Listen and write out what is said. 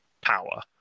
power